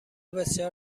بسیار